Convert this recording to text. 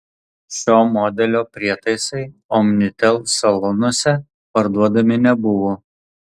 šio modelio prietaisai omnitel salonuose parduodami nebuvo